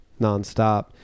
nonstop